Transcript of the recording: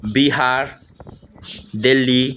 Bihar Delhi